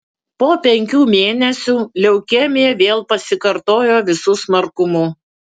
po penkių mėnesių leukemija vėl pasikartojo visu smarkumu